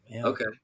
Okay